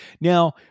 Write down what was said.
Now